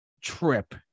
trip